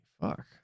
Fuck